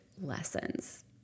lessons